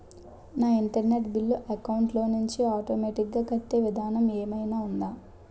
నా internet bill account లోంచి automatic గా కట్టే విధానం ఏదైనా ఉందా?